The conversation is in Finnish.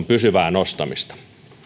pysyvää nostamista